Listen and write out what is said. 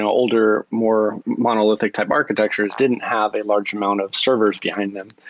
older, more monolithic type architectures didn't have a large amount of servers behind them.